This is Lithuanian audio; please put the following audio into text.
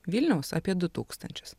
vilniaus apie du tūkstančius